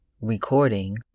Recording